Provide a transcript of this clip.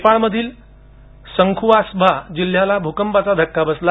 नेपाळ मधील संख्वास्भा जिल्ह्याला भूकंपाचा धक्का बसला